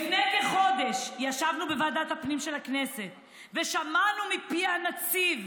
לפני כחודש ישבנו בוועדת הפנים של הכנסת ושמענו מפי הנציב,